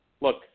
Look